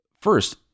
first